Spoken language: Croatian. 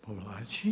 Povlači?